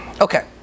Okay